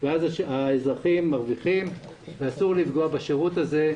ואז האזרחים מרווחים ואסור לפגוע בשירות הזה.